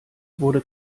wurde